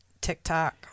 TikTok